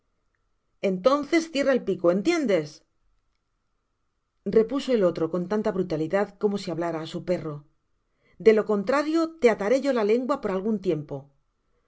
entonces cierra el pico entiendes repuso el otro coa tanta brutalidad como si hablara ásu perro de lo contrario le ataré yo la lengua por algiin tiempo